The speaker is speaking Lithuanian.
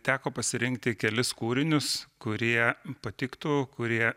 teko pasirinkti kelis kūrinius kurie patiktų kurie